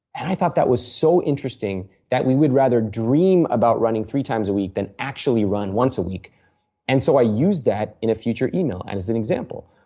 and i thought that was so interesting that we would rather dream about running three times a week, than actually run once a week and so i used that in a future email as an example.